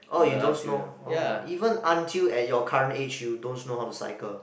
orh you don't know orh even until at your current age you don't know how to cycle